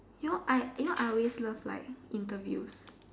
you know I you know love like interview